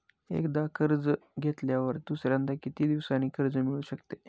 एकदा कर्ज घेतल्यावर दुसऱ्यांदा किती दिवसांनी कर्ज मिळू शकते?